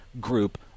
group